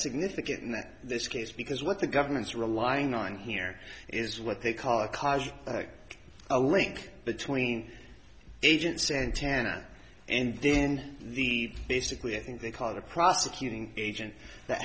significant in this case because what the government's relying on here is what they call a cause a link between agent santana and then the basically i think they call it a prosecuting agent that